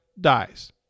dies